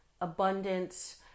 abundance